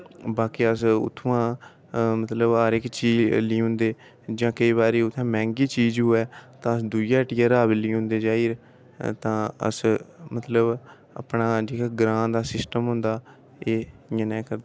बाकी अस उत्थुआं मतलब हर इक चीज लेई औंदे जां केईंं बारी उत्थैं मैह्गी चीज होऐ तां अस दूई आ हट्टिया रा बी लेई औंदे जाई'र तां अस मतलब अपना ठीक ऐ ग्रांऽ दा सिस्टम होंदा एह् इ'यां न करदे